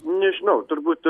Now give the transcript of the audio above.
nežinau turbūt